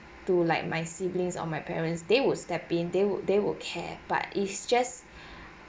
to like my siblings or my parents they would stepped in they would they would care but it's just